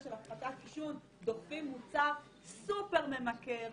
של הפחתת עישון דוחפים מוצר סופר ממכר,